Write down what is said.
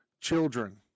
children